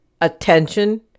attention